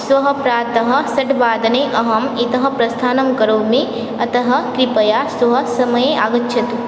श्वः प्रातः षड्वादने अहम् इतः प्रस्थानं करोमि अतः कृपया श्वः समये आगच्छतु